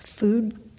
Food